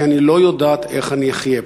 כי אני לא יודעת איך אני אחיה פה.